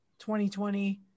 2020